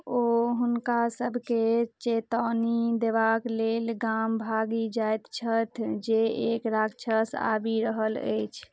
ओ हुनका सभकेँ चेतौनी देबाक लेल गाम भागि जाइत छथि जे एक राक्षस आबि रहल अछि